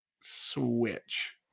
Switch